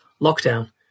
lockdown